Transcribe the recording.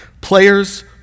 Players